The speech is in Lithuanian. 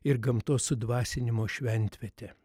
ir gamtos sudvasinimo šventvietė